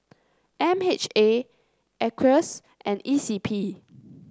M H A Acres and E C P